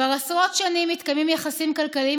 כבר עשרות שנים מתקיימים יחסים כלכליים